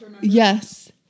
Yes